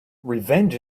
revenge